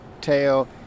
tail